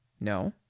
No